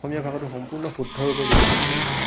অসমীয়া ভাষাটো সম্পূৰ্ণ শুদ্ধ ৰূপে ব্যৱহাৰ কৰিব লাগিব